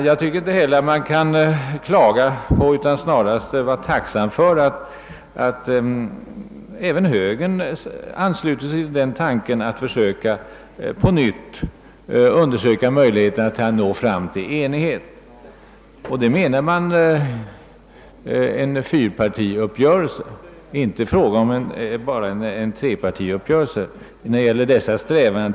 Jag tycker inte heller att man kan klaga på utan snarast kan vara tacksam för att även högern ansluter sig till tanken på att på nytt varje år försöka undersöka möjligheterna att nå fram till en enighet. Man menar då en fyrpartiuppgörelse, ty det är här inte fråga om enbart en trepartiuppgörelse när det gäller dessa strävanden.